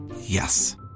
Yes